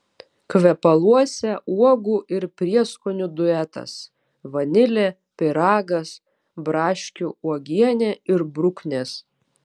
kvepaluose uogų ir prieskonių duetas vanilė pyragas braškių uogienė ir bruknės